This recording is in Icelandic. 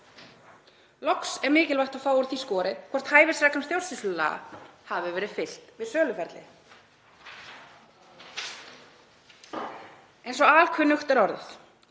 Loks er mikilvægt að fá úr því skorið hvort hæfisreglum stjórnsýslulaga hafi verið fylgt við söluferlið. Eins og alkunnugt er orðið